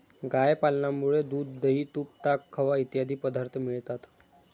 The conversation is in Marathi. गाय पालनामुळे दूध, दही, तूप, ताक, खवा इत्यादी पदार्थ मिळतात